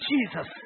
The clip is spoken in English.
Jesus